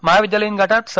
महाविद्यालयीन गटात स